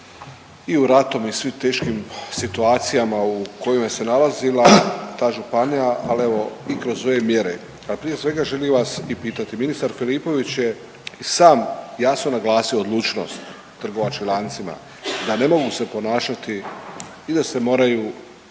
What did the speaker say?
i u ratom i svim teškim situacijama u kojoj se nalazila ta županija, al evo i kroz ove mjere, al prije svega želim vas i pitati, ministar Filipović je i sam jasno naglasio odlučnost trgovačkim lancima da ne mogu se ponašati i da se moraju